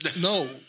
No